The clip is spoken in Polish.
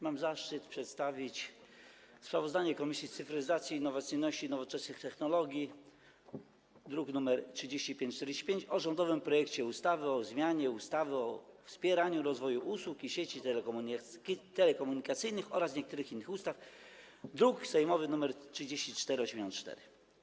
Mam zaszczyt przedstawić sprawozdanie Komisji Cyfryzacji, Innowacyjności i Nowoczesnych Technologii, druk nr 3545, o rządowym projekcie ustawy o zmianie ustawy o wspieraniu rozwoju usług i sieci telekomunikacyjnych oraz niektórych innych ustaw, druk sejmowy nr 3484.